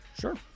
Sure